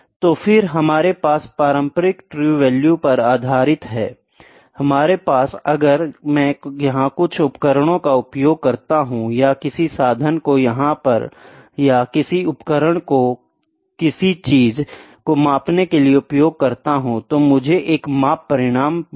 तो फिर हमारे पास पारंपरिक ट्रू वैल्यू पर आधारित है हमारे पास अगर मैं यहाँ कुछ उपकरणों का उपयोग करता हूँ या किसी साधन को यहाँ या किसी उपकरण को किसी चीज़ को मापने के लिए उपयोग करता हूँ तो मुझे एक माप परिणाम मिलेगा